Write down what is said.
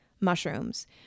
mushrooms